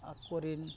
ᱟᱠᱚᱨᱮᱱ